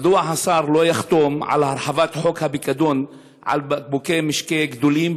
מדוע לא תחתום על הרחבת חוק הפיקדון על בקבוקי משקה גדולים,